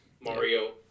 Mario